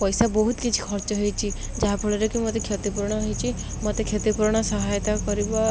ପଇସା ବହୁତ କିଛି ଖର୍ଚ୍ଚ ହୋଇଛି ଯାହାଫଳରେ କି ମୋତେ କ୍ଷତିପୂରଣ ହୋଇଛି ମୋତେ କ୍ଷତିପୂରଣ ସହାୟତା କରିବା